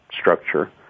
structure